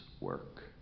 work